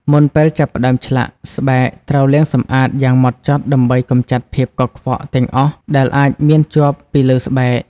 មុនពេលចាប់ផ្តើមឆ្លាក់ ស្បែកត្រូវលាងសម្អាតយ៉ាងហ្មត់ចត់ដើម្បីកម្ចាត់ភាពកខ្វក់ទាំងអស់ដែលអាចមានជាប់ពីលើស្បែក។